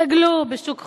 דגלו בשוק חופשי,